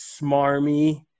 smarmy